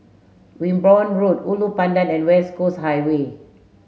Wimborne Road Ulu Pandan and West Coast Highway